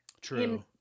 true